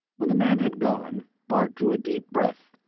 when the man had gone, bart drew a deep breath.